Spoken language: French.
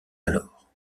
alors